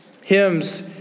Hymns